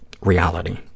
reality